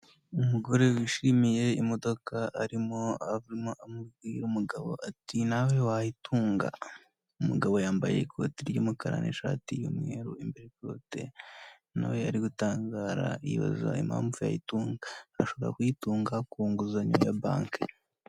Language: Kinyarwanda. Umugore wishimiye imodoka arimo avamo amubwira umugabo ati nawe wayitunga, umugabo yambaye ikoti ry'umukara n'ishati y'umweru, imbere ikote nawe yari gutangara yibaza impamvu yayitunga ashobora kuyitunga ku nguzanyo ya banke.